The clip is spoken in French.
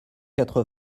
quatre